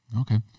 Okay